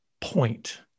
point